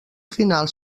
final